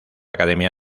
academia